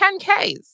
10ks